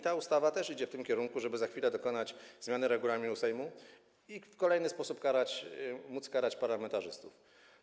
Ta ustawa idzie w tym kierunku, żeby za chwilę dokonać zmiany regulaminu Sejmu i w kolejny sposób móc karać parlamentarzystów.